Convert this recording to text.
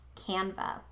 Canva